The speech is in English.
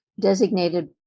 designated